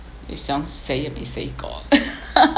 it sounds sei ah mei sei gor